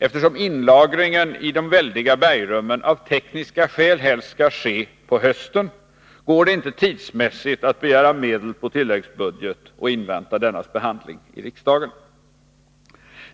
Eftersom inlagringen i de väldiga bergrummen av tekniska skäl helst skall ske på hösten, går det inte tidsmässigt att begära medel på tilläggsbudget och invänta dennas behandling i riksdagen.